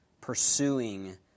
pursuing